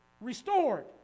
restored